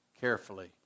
carefully